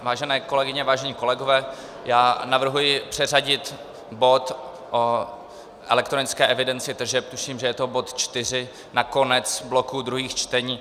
Vážené kolegyně, vážení kolegové, já navrhuji přeřadit bod o elektronické evidenci tržeb, tuším, že je to bod 4, na konec bloku druhých čtení.